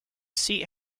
seat